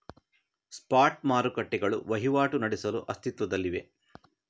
spot ಮಾರುಕಟ್ಟೆಗಳು ವಹಿವಾಟು ನಡೆಸಲು ಅಸ್ತಿತ್ವದಲ್ಲಿವೆ